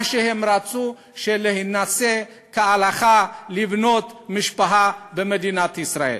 מה שהם רצו זה להינשא כהלכה ולבנות משפחה במדינת ישראל,